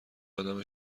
آدم